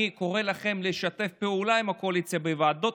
אני קורא לכם לשתף פעולה עם הקואליציה בוועדות